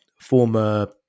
former